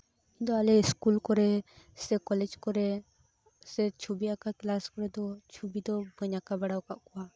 ᱤᱧ ᱫᱚ ᱟᱞᱮ ᱤᱥᱠᱩᱞ ᱠᱚᱨᱮ ᱥᱮ ᱠᱚᱞᱮᱡ ᱠᱚᱨᱮ ᱥᱮ ᱪᱷᱚᱵᱤ ᱟᱸᱠᱟᱣ ᱠᱞᱟᱥ ᱠᱚᱨᱮ ᱫᱚ ᱪᱷᱚᱵᱤ ᱫᱚ ᱵᱟᱹᱧ ᱟᱸᱠᱟᱣ ᱵᱟᱲᱟ ᱟᱠᱟᱫ ᱠᱚᱣᱟ